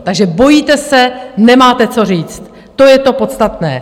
Takže bojíte se, nemáte co říct, to je to podstatné.